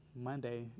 Monday